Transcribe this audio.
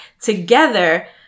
together